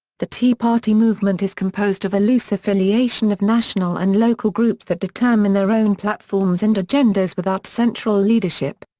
the tea party movement is composed of a loose affiliation of national and local groups that determine their own platforms and agendas without central leadership.